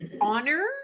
honor